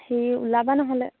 সেই ওলাবা নহ'লে